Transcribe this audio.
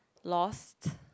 lost